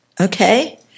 Okay